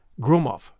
Gromov